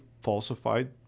falsified